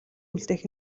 үлдээх